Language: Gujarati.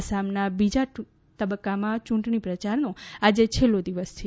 આસામનાં બીજા તબક્કામાં યૂંટણી પ્રચારનો આજે છેલ્લો દિવસ છે